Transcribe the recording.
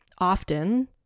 often